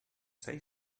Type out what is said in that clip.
say